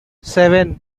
seven